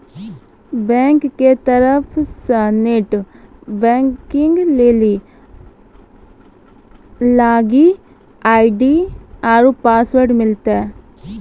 बैंको के तरफो से नेट बैंकिग लेली लागिन आई.डी आरु पासवर्ड मिलतै